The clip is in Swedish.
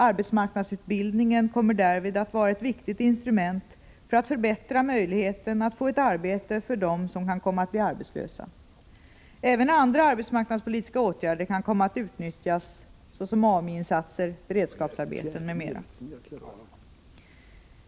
Arbetsmarknadsutbildningen kommer därvid att vara ett viktigt instrument för att förbättra möjligheten att få ett arbete för dem som kan komma att bli arbetslösa. Även andra arbetsmarknadspolitiska åtgärder kan komma att utnyttjas såsom AMI-insatser, beredskapsarbeten m.m.